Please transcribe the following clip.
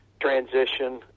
transition